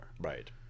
Right